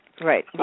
Right